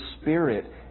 spirit